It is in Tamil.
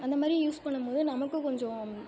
அந்தமாதிரி யூஸ் பண்ணும்போது நமக்கும் கொஞ்சம்